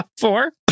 Four